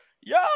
Yo